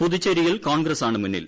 പുതുച്ചേരിയിൽ കോൺഗ്രസാണ് മുന്നിൽ